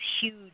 huge